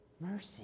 Mercy